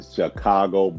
Chicago